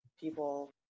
people